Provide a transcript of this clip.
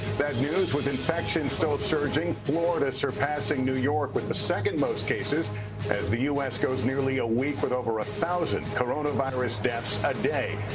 that news with infections still surging, florida surpassing new york with the second most cases as the u s. goes nearly a week with over a thousand coronavirus deaths a day.